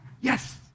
yes